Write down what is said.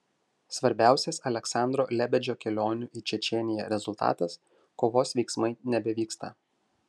svarbiausias aleksandro lebedžio kelionių į čečėniją rezultatas kovos veiksmai nebevyksta